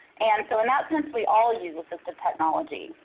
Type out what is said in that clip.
and so in that sense, we all use assistive technology.